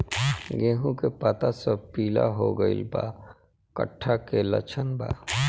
गेहूं के पता सब पीला हो गइल बा कट्ठा के लक्षण बा?